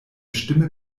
stimme